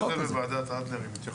יש את זה בוועדת אדלר עם התייחסות.